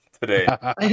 today